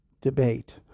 debate